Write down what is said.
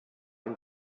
ein